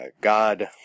God